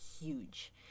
huge